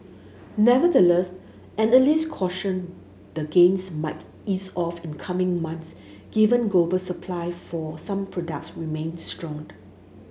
nevertheless analysts cautioned the gains might ease off in coming months given global supply for some products remained strong